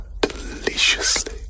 deliciously